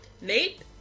Nate